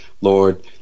Lord